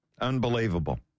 Unbelievable